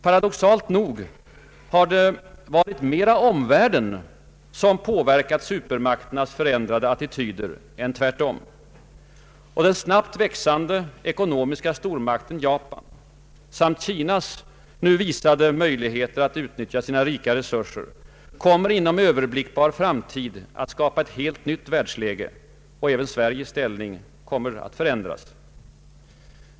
Paradoxalt nog har det mera varit omvärlden som påverkat supermakternas förändrade attityder än tvärtom. Och den snabbt växande ekonomiska stormakten Japan samt Kinas nu visade möjligheter att utnyttja sina rika resurser kommer inom =:Ööverblickbar framtid att skapa ett helt nytt världsläge. Även Sveriges ställning kommer att förändras.